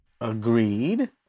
agreed